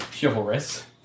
chivalrous